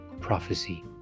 prophecy